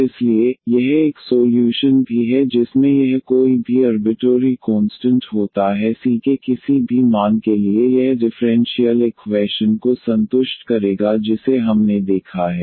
और इसलिए यह एक सोल्यूशन भी है जिसमें यह कोई भी अर्बिटोरी कोंस्टंट होता है c के किसी भी मान के लिए यह डिफ़्रेंशियल इक्वैशन को संतुष्ट करेगा जिसे हमने देखा है